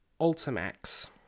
Ultimax